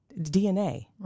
DNA